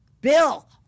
Bill